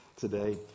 today